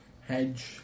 hedge